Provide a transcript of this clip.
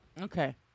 Okay